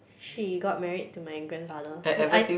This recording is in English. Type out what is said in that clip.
she got married to my grandfather wait I